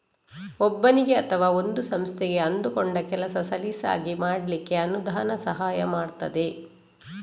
ಒಬ್ಬನಿಗೆ ಅಥವಾ ಒಂದು ಸಂಸ್ಥೆಗೆ ಅಂದುಕೊಂಡ ಕೆಲಸ ಸಲೀಸಾಗಿ ಮಾಡ್ಲಿಕ್ಕೆ ಅನುದಾನ ಸಹಾಯ ಮಾಡ್ತದೆ